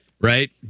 Right